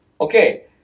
Okay